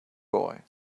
boy